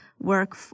work